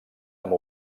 amb